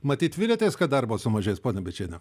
matyt viliatės kad darbo sumažės ponia bėčiene